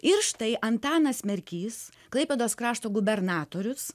ir štai antanas merkys klaipėdos krašto gubernatorius